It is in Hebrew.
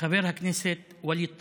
חבר הכנסת ווליד טאהא.